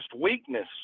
weakness